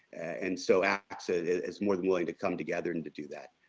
and so acsa it's more than willing to come together and to do that.